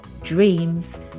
Dreams